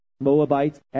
Moabites